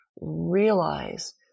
realize